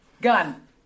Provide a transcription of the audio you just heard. Gun